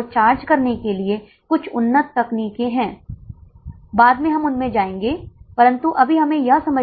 रियायती शुल्क यदि आपको याद हो हमने अपने पहले के मामलों में